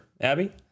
Abby